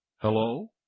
Hello